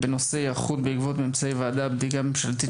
בנושא היערכות בעקבות ממצאי ועדת הבדיקה הממשלתית